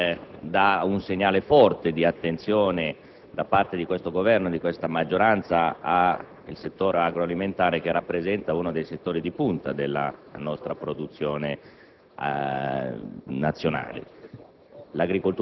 che lancia un segnale forte di attenzione da parte del Governo e della maggioranza al comparto agroalimentare, che rappresenta uno dei settori di punta della nostra produzione nazionale.